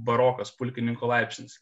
barokas pulkininko laipsnis